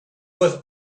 was